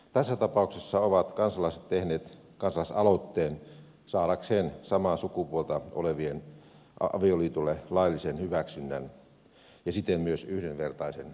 tässä tapauksessa ovat kansalaiset tehneet kansalaisaloitteen saadakseen samaa sukupuolta olevien avioliitolle laillisen hyväksynnän ja siten myös yhdenvertaisen kohtelun